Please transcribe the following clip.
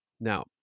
Now